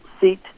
seat